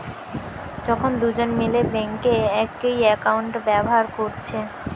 যখন দুজন মিলে বেঙ্কে একই একাউন্ট ব্যাভার কোরছে